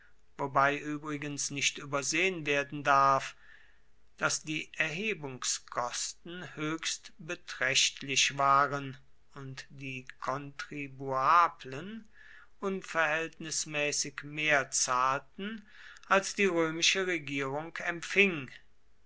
wobei übrigens nicht übersehen werden darf daß die erhebungskosten höchst beträchtlich waren und die kontribuablen unverhältnismäßig mehr zahlten als die römische regierung empfing